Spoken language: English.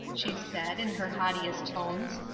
she said, in her haughtiest tones.